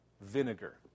vinegar